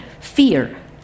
fear